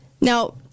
Now